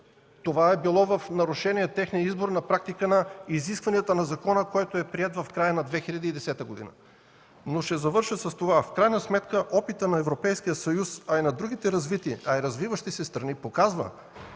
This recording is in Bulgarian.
Това е било в нарушение на изборната практика на изискването на закона, приет в края на 2010 г. Ще завърша с това: в крайна сметка опитът на Европейския съюз, а и на другите развити и развиващи се страни, показва,